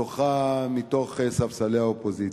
מתוך ספסלי האופוזיציה.